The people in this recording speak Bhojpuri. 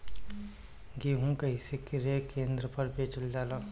गेहू कैसे क्रय केन्द्र पर बेचल जाला?